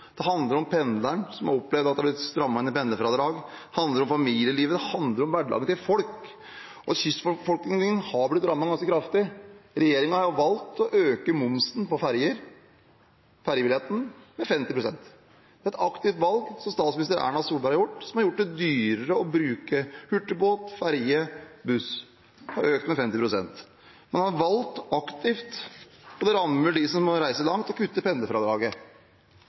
Det handler om pendleren som har opplevd at det har blitt strammet inn i pendlerfradraget, det handler om familielivet, og det handler om hverdagen til folk. Og kystbefolkningen har blitt rammet ganske kraftig. Regjeringen har valgt å øke momsen på ferjebilletten med 50 pst. Det er et aktivt valg som statsminister Erna Solberg har tatt, som har gjort det dyrere å bruke hurtigbåt, ferje og buss. Det har økt med 50 pst. Man har valgt det aktivt, og det rammer dem som må reise langt, å kutte i pendlerfradraget.